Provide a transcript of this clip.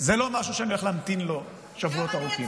זה לא משהו שאני הולך להמתין לו שבועות ארוכים.